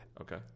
Okay